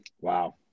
wow